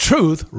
Truth